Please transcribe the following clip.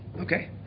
Okay